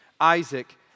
Isaac